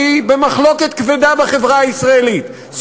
שהיא במחלוקת כבדה בחברה הישראלית,